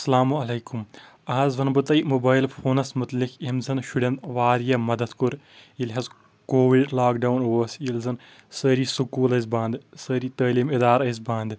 اسلام علیکم آز ونہٕ بہٕ تۄہہِ موبایل فونس مُتعلق یٔمۍ زن شُرٮ۪ن واریاہ مدد کوٚر ییٚلہِ حظ کووِڑ لاگ ڈاوُن اوس ییٚلہِ زن سٲری سکوٗل ٲسۍ بنٛد سٲری تعلیٖم ادارٕ ٲسۍ بنٛد